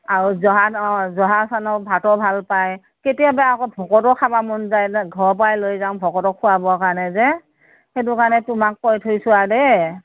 আও জহা অ জহা চাউলৰ ভাতো ভাল পায় কেতিয়াবা আকৌ ভোকতো খাব মন যায় ন' ঘৰৰ পৰাই লৈ যাওঁ ভকতক খোৱাবৰ কাৰণে যে সেইটো কাৰণে তোমাক কৈ থৈছোঁ আৰু দেই